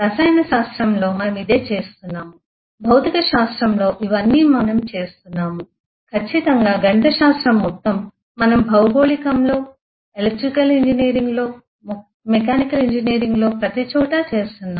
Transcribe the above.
రసాయన శాస్త్రంలో మనం ఇదే చేస్తున్నాము భౌతిక శాస్త్రంలో ఇవన్నీ మనము చేస్తున్నాము ఖచ్చితంగా గణితశాస్త్రం మొత్తం మనం భౌగోళికంలో ఎలక్ట్రికల్ ఇంజనీరింగ్లో మెకానికల్ ఇంజనీరింగ్లో ప్రతిచోటా చేస్తున్నాం